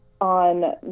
on